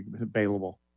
available